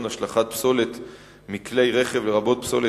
2009): בדלי סיגריות מהווים את רוב הלכלוך ביבשה,